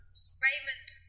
Raymond